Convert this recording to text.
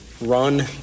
run